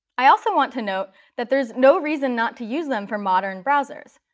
i also want to note that there's no reason not to use them for modern browsers.